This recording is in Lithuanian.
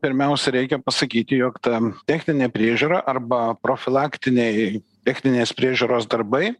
pirmiausia reikia pasakyti jog ta techninė priežiūra arba profilaktiniai techninės priežiūros darbai